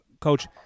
coach